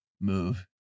move